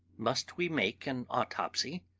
must we make an autopsy?